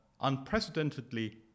unprecedentedly